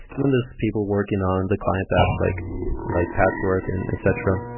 then there's people working on the client apps, like like patchwork and etc.